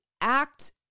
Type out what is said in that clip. act